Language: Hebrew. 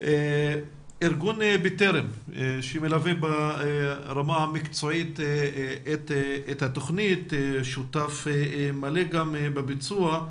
ארגון "בטרם" שמלווה ברמה המקצועית את התוכנית שותף מלא גם בביצוע.